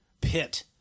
pit